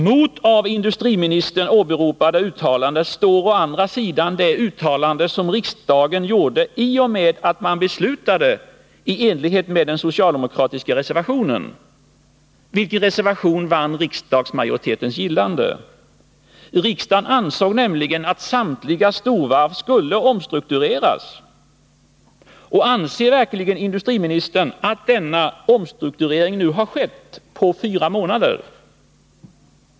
Mot det av industriministern åberopade uttalandet står å andra sidan det uttalande som riksdagen gjorde i och med att man beslutade i enlighet med den socialdemokratiska reservationen, vilken vann riksdagsmajoritetens gillande. Riksdagen ansåg nämligen att samtliga storvarv skulle omstruktureras. Och tycker verkligen industriministern att denna omstrukturering nu har skett, på fyra månader?